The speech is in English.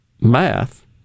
math